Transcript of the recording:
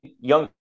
young